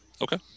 Okay